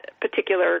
particular